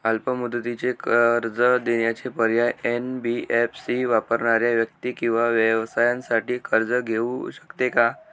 अल्प मुदतीचे कर्ज देण्याचे पर्याय, एन.बी.एफ.सी वापरणाऱ्या व्यक्ती किंवा व्यवसायांसाठी कर्ज घेऊ शकते का?